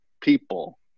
people